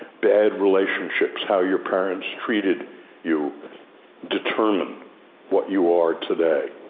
bad relationships, how your parents treated you determine what you are today.